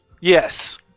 Yes